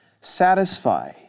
satisfy